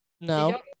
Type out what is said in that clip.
No